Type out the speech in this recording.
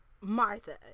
martha